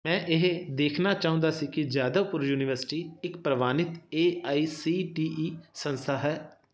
ਮੈਂ ਇਹ ਦੇਖਣਾ ਚਾਹੁੰਦਾ ਸੀ ਕਿ ਜਾਦਵਪੁਰ ਯੂਨੀਵਰਸਿਟੀ ਇੱਕ ਪ੍ਰਵਾਨਿਤ A I C T E ਸੰਸਥਾ ਹੈ